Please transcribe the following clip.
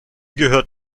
gehört